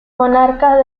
monarcas